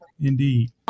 Indeed